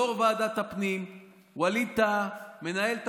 יו"ר ועדת הפנים ווליד טאהא מנהל את